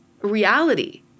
reality